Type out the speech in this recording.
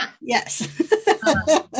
Yes